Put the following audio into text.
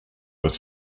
was